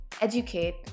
educate